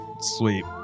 sweet